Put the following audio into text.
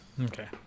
Okay